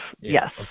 Yes